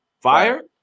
Fire